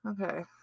Okay